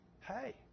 Hey